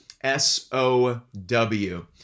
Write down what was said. S-O-W